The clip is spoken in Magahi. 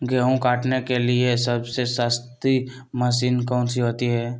गेंहू काटने के लिए सबसे सस्ती मशीन कौन सी होती है?